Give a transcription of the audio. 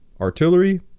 Artillery